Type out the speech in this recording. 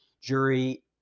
jury